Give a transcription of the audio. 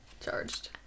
charged